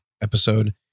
episode